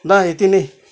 ल यति नै